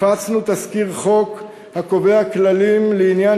הפצנו תזכיר חוק הקובע כללים לעניין